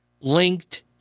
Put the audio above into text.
linked